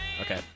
Okay